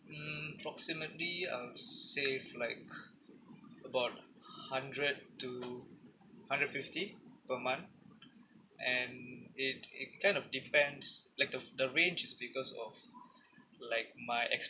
mm proximately I'll save like about hundred to hundred fifty per month and it it kind of depends like the the range is because of like my ex~